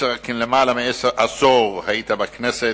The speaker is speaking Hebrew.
יותר מעשור היית בכנסת,